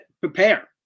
prepare